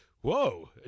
Whoa